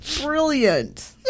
brilliant